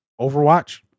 Overwatch